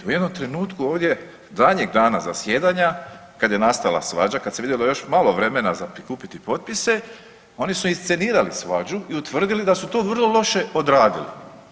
U jednom trenutku ovdje zadnjeg dana zasjedanja kad je nastala svađa, kad se vidjelo još malo vremena za prikupiti potpise oni su iscenirali svađu i utvrdili da su to vrlo loše odradili.